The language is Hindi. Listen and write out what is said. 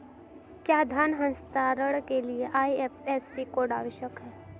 क्या धन हस्तांतरण के लिए आई.एफ.एस.सी कोड आवश्यक है?